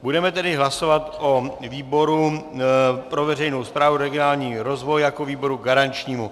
Budeme tedy hlasovat o výboru pro veřejnou správu a regionální rozvoj jako o výboru garančním.